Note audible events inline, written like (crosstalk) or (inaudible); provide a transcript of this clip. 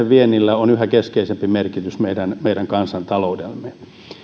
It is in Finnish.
(unintelligible) viennillä on yhä keskeisempi merkitys meidän meidän kansantaloudellemme